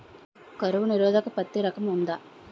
కరువు నిరోధక పత్తి రకం ఉందా?